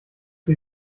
sie